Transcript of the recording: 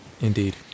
indeed